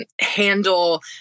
handle